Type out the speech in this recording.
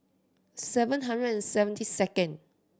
seven hundred and seventy second